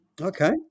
Okay